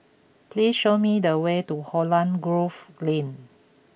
please show me the way to Holland Grove Lane